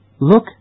Look